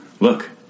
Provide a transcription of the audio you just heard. Look